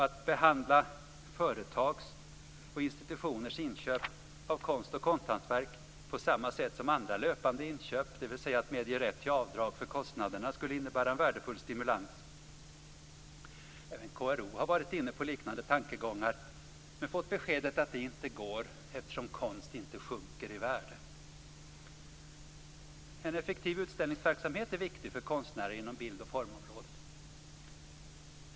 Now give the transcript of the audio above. Att behandla företags och institutioners inköp av konst och konsthantverk på samma sätt som andra löpande inköp, dvs. att medge rätt till avdrag för kostnaderna, skulle innebära en värdefull stimulans. Även KRO har varit inne på liknande tankegångar men fått beskedet att det inte går eftersom konst inte sjunker i värde. En effektiv utställningsverksamhet är viktig för konstnärer inom bild och formområdet.